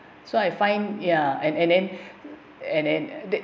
so I find ya and then and then the